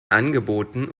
angeboten